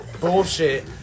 bullshit